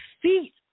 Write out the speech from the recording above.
feet